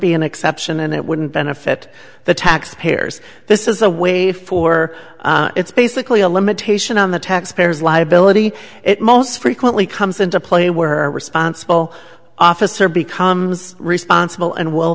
be an exception and it wouldn't benefit the taxpayers this is a way for it's basically a limitation on the taxpayers liability it most frequently comes into play were responsible officer becomes responsible and will